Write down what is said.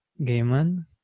Gaiman